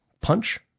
punch